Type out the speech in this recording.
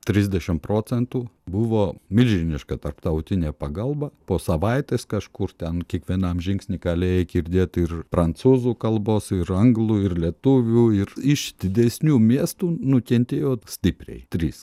trisdešimt procentų buvo milžiniška tarptautinė pagalba po savaitės kažkur ten kiekvienam žingsny galėjai girdėt ir prancūzų kalbos ir anglų ir lietuvių ir iš didesnių miestų nukentėjo stipriai trys